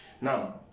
now